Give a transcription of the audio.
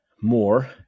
more